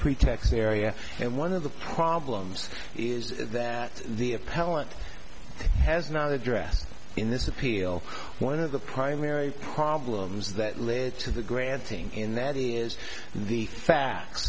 pretext area and one of the problems is that the appellant has not addressed in this appeal one of the primary problems that led to the granting and that is the fact